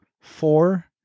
four